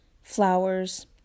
flowers